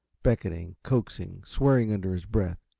beckoning, coaxing, swearing under his breath.